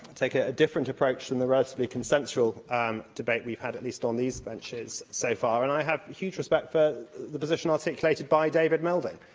take a different approach from the relatively consensual debate we've had at least on these benches so far, and i have huge respect for the position articulated by david melding,